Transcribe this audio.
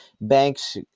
banks –